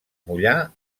mullar